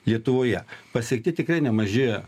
lietuvoje pasiekti tikrai nemaži